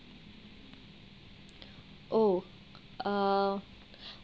oh uh